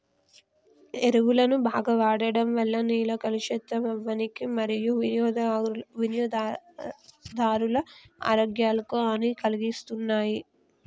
ఎరువులను బాగ వాడడం వల్ల నేల కలుషితం అవ్వనీకి మరియూ వినియోగదారుల ఆరోగ్యాలకు హనీ కలిగిస్తున్నాయి